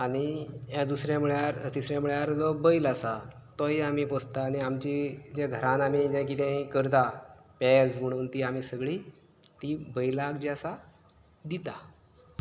आनी हें दुसरें म्हळ्यार तिसरें म्हळ्यार जो बैल आसा तोय आमी पोसतात आनी आमची जें घरांत आमी जें कितेंय करता पेज मुणून ती आमी सगळी ती बैलाक जे आसा दितात